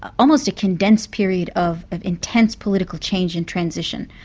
almost a condensed period of of intense political change and transition.